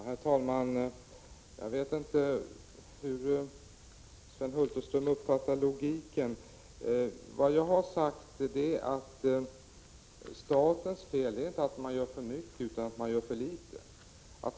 Herr talman! Jag vet inte hur Sven Hulterström uppfattar logiken. Jag har sagt att statens fel inte är att den gör för mycket utan att den gör för litet.